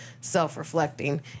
self-reflecting